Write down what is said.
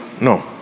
No